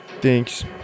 Thanks